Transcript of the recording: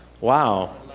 Wow